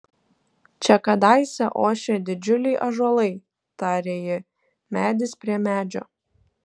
čia kadaise ošė didžiuliai ąžuolai tarė ji medis prie medžio